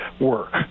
work